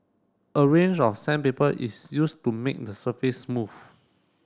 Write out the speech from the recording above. a range of sandpaper is used to make the surface smooth